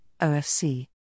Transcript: OFC